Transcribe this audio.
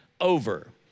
over